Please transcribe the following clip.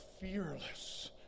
fearless